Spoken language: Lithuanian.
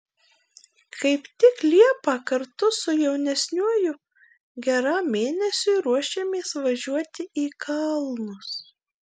kaip tik liepą kartu su jaunesniuoju geram mėnesiui ruošiamės važiuoti į kalnus